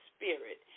Spirit